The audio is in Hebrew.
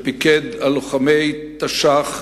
שפיקד על לוחמי תש"ח